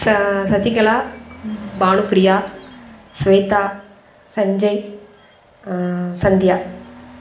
ச சசிகலா பானுப்ரியா ஸ்வேதா சஞ்சய் சந்தியா